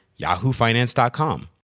yahoofinance.com